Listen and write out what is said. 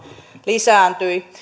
lisääntyi